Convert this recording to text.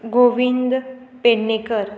Govind Pednekar